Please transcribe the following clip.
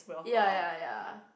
ya ya ya